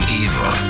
evil